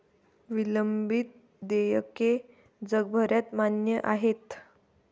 विलंबित देयके जगभरात मान्य आहेत